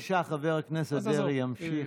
בבקשה, חבר הכנסת דרעי ימשיך.